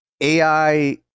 AI